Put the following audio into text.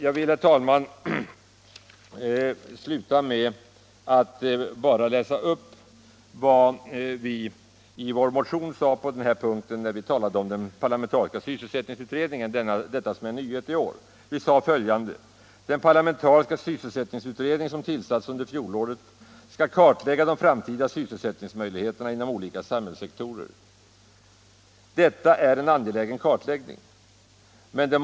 Jag vill, herr talman, avslutningsvis läsa upp vad vi i vår motion sade på denna punkt när vi talade om den parlamentariska sysselsättningsutredningen, en tanke som framförts som en nyhet detta år: Näringspolitiken Näringspolitiken 160 året skall kartlägga de framtida sysselsättningsmöjligheterna inom olika samhällssektorer. Detta är en angelägen kartläggning.